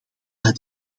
dat